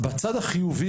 בהסתכלות על הצד החיובי,